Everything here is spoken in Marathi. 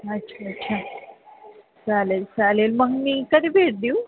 अच्छा अच्छा चालेल चालेल मग मी कधी भेट देऊ